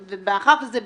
ומאחר שזה בקצרה,